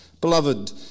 Beloved